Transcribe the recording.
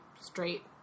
straight